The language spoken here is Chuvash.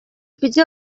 питӗ